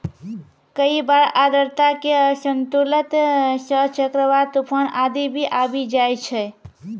कई बार आर्द्रता के असंतुलन सं चक्रवात, तुफान आदि भी आबी जाय छै